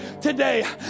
today